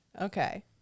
Okay